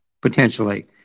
potentially